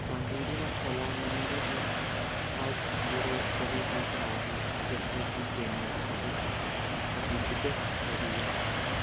ꯆꯥꯟꯕꯤꯗꯨꯅ ꯑꯣꯂꯥ ꯃꯅꯤꯗꯒꯤ ꯑꯥꯏꯗ ꯖꯦꯔꯣ ꯖꯦꯔꯣꯒꯤ ꯊꯥꯒꯤ ꯑꯦꯁ ꯑꯥꯏ ꯄꯤ ꯄꯦꯃꯦꯟ ꯑꯗꯨ ꯑꯣꯊꯦꯟꯇꯤꯀꯦꯗ ꯇꯧꯕꯤꯌꯨ